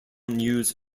news